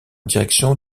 direction